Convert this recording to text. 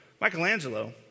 Michelangelo